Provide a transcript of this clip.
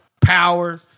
power